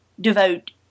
devote